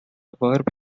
verb